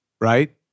right